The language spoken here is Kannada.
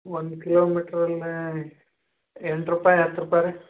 ಒಂದು ಕಿಲೋ ಮಿಟ್ರ್ರಲ್ಲೇ ಎಂಟು ರೂಪಾಯಿ ಹತ್ತು ರೂಪಾಯಿ ರಿ